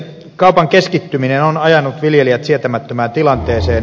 kaupan keskittyminen on ajanut viljelijät sietämättömään tilanteeseen